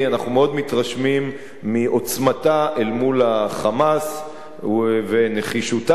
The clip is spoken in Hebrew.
אנחנו מאוד מתרשמים מעוצמתה אל מול ה"חמאס" ומנחישותה.